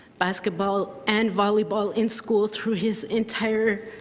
basketball and volleyball in school through his entire